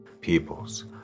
peoples